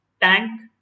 tank